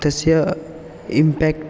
तस्य इम्पाक्ट्